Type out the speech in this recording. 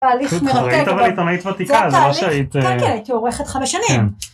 אבל כבר היית עיתונאים ותיקה זה לא שהיית כן הייתי עורכת 5 שנים.